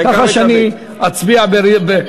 ככה שאני אצביע בנפרד?